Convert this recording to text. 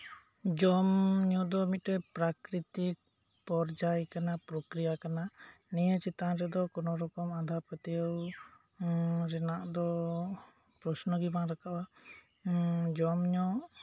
ᱡᱚᱢ ᱧᱩ ᱫᱚ ᱢᱤᱫᱴᱮᱱ ᱯᱨᱟᱠᱤᱛᱤᱠ ᱯᱚᱨᱡᱟᱭ ᱠᱟᱱᱟ ᱯᱚᱠᱨᱤᱭᱟ ᱠᱟᱱᱟ ᱱᱤᱭᱟᱹ ᱪᱮᱛᱟᱱ ᱨᱮᱫᱚ ᱠᱚᱱᱚ ᱨᱚᱠᱚᱢ ᱟᱸᱫᱷᱟ ᱯᱟᱹᱛᱣᱟᱹᱣ ᱨᱮᱭᱟᱜ ᱫᱚ ᱯᱚᱥᱱᱚ ᱜᱮ ᱵᱟᱝ ᱨᱟᱠᱟᱵᱼᱟ ᱡᱚᱢ ᱧᱩ